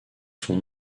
son